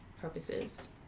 purposes